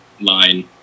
line